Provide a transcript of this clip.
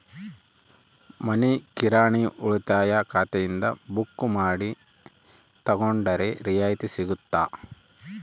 ಮನಿ ಕಿರಾಣಿ ಉಳಿತಾಯ ಖಾತೆಯಿಂದ ಬುಕ್ಕು ಮಾಡಿ ತಗೊಂಡರೆ ರಿಯಾಯಿತಿ ಸಿಗುತ್ತಾ?